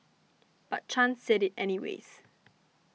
but Chan said it anyways